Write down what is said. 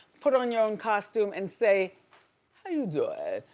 put on your own costume and say how you doing.